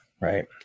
right